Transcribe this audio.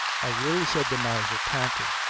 i will, said the miser, panting,